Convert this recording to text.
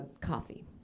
coffee